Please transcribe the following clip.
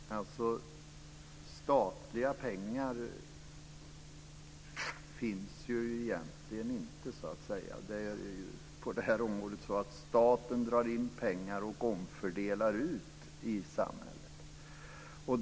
Fru talman! Statliga pengar finns egentligen inte. På det här området är det ju så att staten drar in pengar och omfördelar ut i samhället.